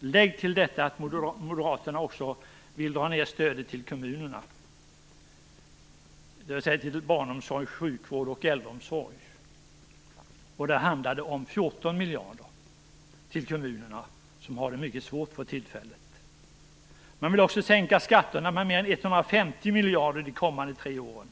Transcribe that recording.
Till detta skall läggas att Moderaterna också vill dra ned stödet till kommunerna, dvs. till barnomsorg, sjukvård och äldreomsorg. Där handlar det om 14 miljarder för kommunerna som har det mycket svårt för tillfället. Man vill också sänka skatterna med mer än 150 miljarder de kommande tre åren.